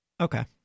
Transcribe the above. Okay